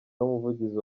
n’umuvugizi